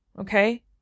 okay